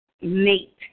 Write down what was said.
mate